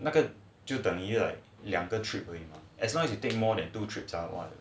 那个就等于两个 trip as long as you take more than two trip ah !wah! worth